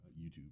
youtube